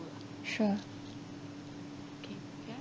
sure